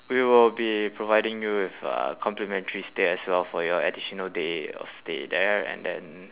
we will be providing you with a complimentary stay as well for your additional day of stay there and then